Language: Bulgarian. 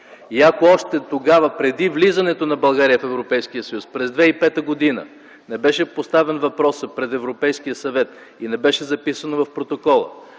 И ако още тогава, преди влизането на България в Европейския съюз, през 2005 г., не беше поставен въпросът пред Европейския съвет и не беше записано в протокола,